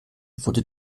wurde